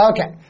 Okay